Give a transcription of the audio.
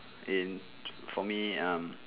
in for me um